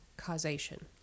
Causation